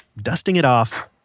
dusting it off,